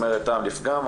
וזה אומר טעם לפגם.